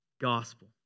gospel